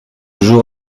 jour